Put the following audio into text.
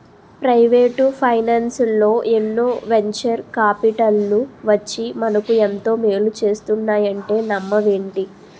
Private ఫైనాన్సల్లో ఎన్నో venture కాపిటల్లు వచ్చి మనకు ఎంతో మేలు చేస్తున్నాయంటే నమ్మవేంటి?